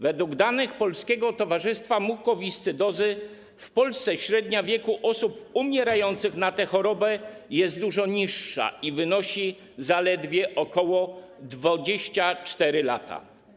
Według danych Polskiego Towarzystwa Mukowiscydozy w Polsce średnia wieku osób umierających na tę chorobę jest dużo niższa i wynosi zaledwie 24 lata.